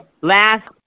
Last